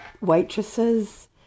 waitresses